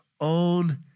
own